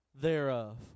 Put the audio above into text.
thereof